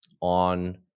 on